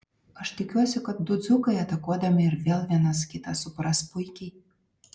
aš tikiuosi kad du dzūkai atakuodami ir vėl vienas kitą supras puikiai